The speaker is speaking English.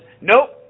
nope